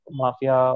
mafia